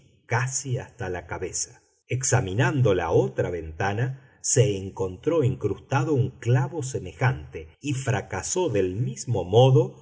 casi hasta la cabeza examinando la otra ventana se encontró incrustado un clavo semejante y fracasó del mismo modo